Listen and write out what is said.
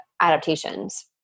adaptations